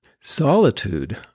Solitude